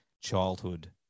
childhood